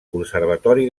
conservatori